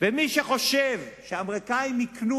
מי שחושב שהאמריקנים יקנו